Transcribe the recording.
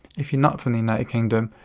if you're not from the united kingdom,